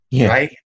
Right